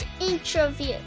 interview